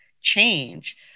change